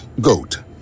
GOAT